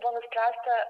buvo nuspręsta